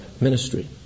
ministry